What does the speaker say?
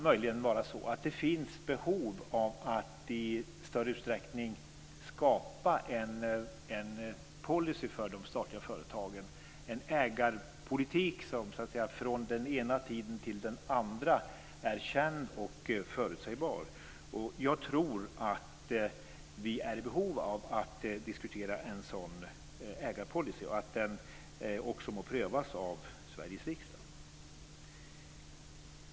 Möjligen kan det finnas behov av att i större utsträckning skapa en policy för de statliga företagen, en ägarpolitik som så att säga från tid till annan är känd och förutsägbar. Jag tror att vi är i behov av att diskutera en sådan ägarpolicy och att den må prövas av Sveriges riksdag.